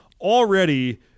already